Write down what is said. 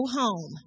home